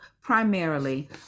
primarily